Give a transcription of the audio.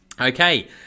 Okay